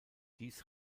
dies